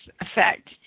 effect